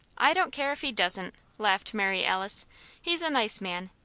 i don't care if he doesn't, laughed mary alice he's a nice man,